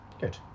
Good